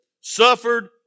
suffered